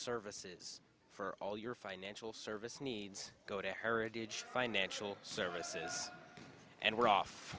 services for all your financial service needs go to heritage financial services and we're off